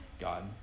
God